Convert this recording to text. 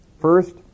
first